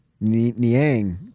Niang